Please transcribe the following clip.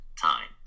time